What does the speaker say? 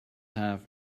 have